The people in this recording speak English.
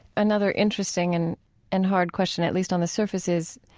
another interesting and and hard question, at least on the surface, is